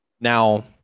Now